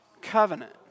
Covenant